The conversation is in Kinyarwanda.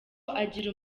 agira